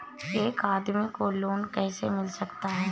एक आदमी को लोन कैसे मिल सकता है?